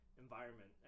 environment